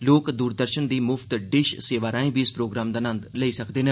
लोक दूरदर्षन दी मुफ्त डिष सेवा राएं बी इस प्रोग्राम दा नंद लेई सकदे न